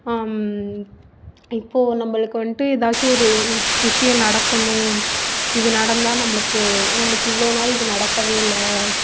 இப்போ நம்பளுக்கு வந்துட்டு எதாச்சு ஒரு விஷயோம் நடக்கணும் இது நடந்தா நம்பளுக்கு நம்பளுக்கு இவ்வளோ நாள் இது நடக்கவே இல்லை